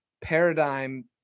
paradigm